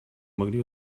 могли